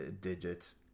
digits